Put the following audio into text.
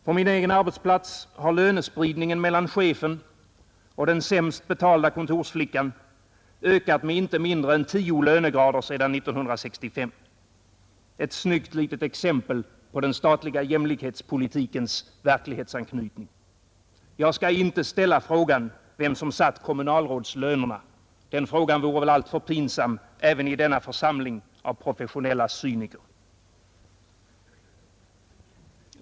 På min egen arbetsplats har lönespridningen mellan chefen och den sämst betalda kontorsflickan ökat med inte mindre än tio lönegrader sedan 1965 — ett snyggt exempel på den statliga jämlikhetspolitikens verklighetsanknytning. Jag skall inte ställa frågan vem som satt kommunalrådslönerna. Den frågan vore väl alltför pinsam även i denna församling av professionella cyniker.